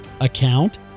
account